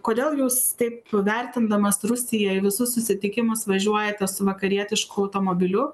kodėl jūs taip vertindamas rusiją į visus susitikimus važiuojate su vakarietišku automobiliu